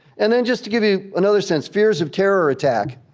and then just to give you another sense, fears of terror attack.